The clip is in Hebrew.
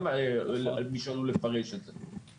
גם מישהו עלול לפרש את זה.